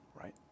right